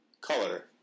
color